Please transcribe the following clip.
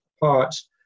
parts